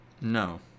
No